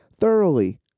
thoroughly